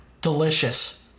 Delicious